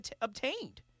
obtained